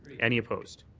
any opposed?